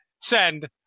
send